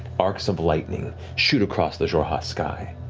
arcs of lightning shoot across the xhorhas sky.